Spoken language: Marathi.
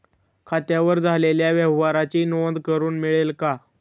खात्यावर झालेल्या व्यवहाराची नोंद करून मिळेल का?